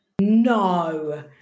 no